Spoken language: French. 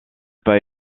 pas